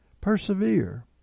Persevere